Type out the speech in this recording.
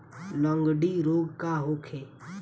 लगंड़ी रोग का होखे?